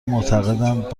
معتقدند